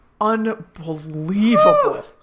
unbelievable